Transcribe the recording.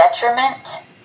detriment